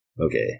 Okay